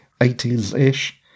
80s-ish